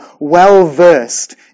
well-versed